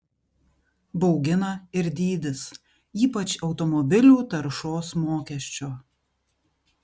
baugina ir dydis ypač automobilių taršos mokesčio